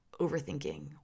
overthinking